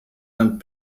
and